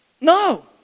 No